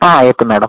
ആ okay madam